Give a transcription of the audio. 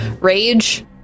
Rage